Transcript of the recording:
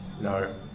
No